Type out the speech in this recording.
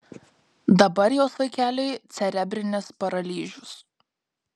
dabar jos vaikeliui cerebrinis paralyžius